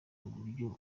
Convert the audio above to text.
uburyo